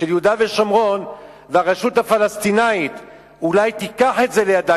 של יהודה ושומרון והרשות הפלסטינית אולי תיקח את זה לידה,